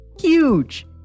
huge